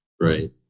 right